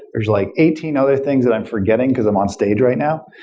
there's like eighteen other things that i'm forgetting because i'm on stage right now.